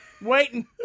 Waiting